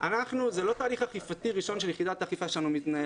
זה לא תהליך אכיפתי ראשון שמנהלת יחידת האכיפה שלנו.